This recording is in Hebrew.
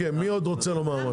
מי עוד רוצה לומר משהו?